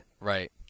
Right